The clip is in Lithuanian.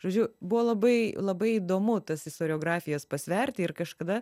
žodžiu buvo labai labai įdomu tas istoriografijas pasverti ir kažkada